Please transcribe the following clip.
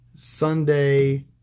Sunday